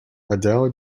adele